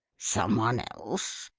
some one else?